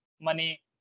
money